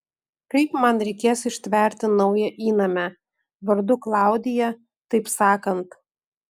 kaip man reikės ištverti naują įnamę vardu klaudija taip sakant